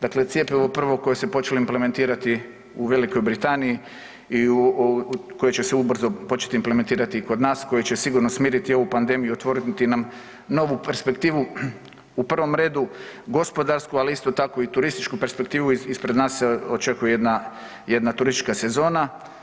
Dakle, cjepivo prvo koje se počelo implementirati u Velikoj Britaniji i koje će se ubrzo početi implementirati i kod nas, koje će sigurno smiriti ovu pandemiju i otvoriti nam novu perspektivu u prvom redu gospodarsku, ali isto tako i turističku perspektivu, ispred nas se očekuje jedna, jedna turistička sezona.